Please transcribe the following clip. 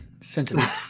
sentiment